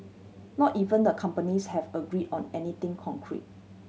not even the companies have agreed on anything concrete